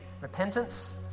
repentance